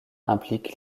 implique